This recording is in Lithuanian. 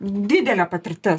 didelė patirtis